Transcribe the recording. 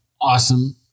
awesome